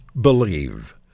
believe